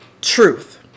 truth